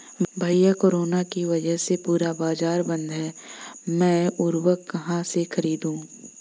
भैया कोरोना के वजह से पूरा बाजार बंद है मैं उर्वक कहां से खरीदू?